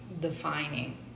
defining